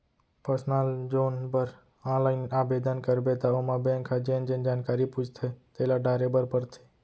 personal जोन बर online आबेदन करबे त ओमा बेंक ह जेन जेन जानकारी पूछथे तेला डारे बर परथे